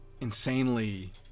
insanely